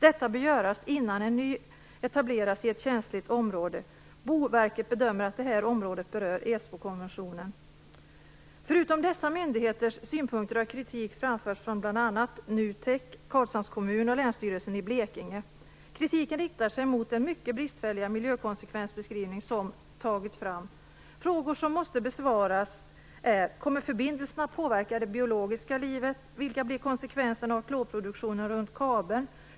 Detta bör göras innan en ny anläggning etableras i ett känsligt område. Boverket bedömer att det här området berör Esbokonventionen. Förutom dessa myndigheters synpunkter har kritik framförts av bl.a. NUTEK, Karlshamns kommun och Länsstyrelsen i Blekinge. Kritiken riktar sig mot den mycket bristfälliga miljökonsekvensbeskrivning som tagits fram. Frågor som måste besvaras är: Kommer förbindelsen att påverka det biologiska livet? Vilka blir konsekvenserna av klorproduktionen runt kabeln?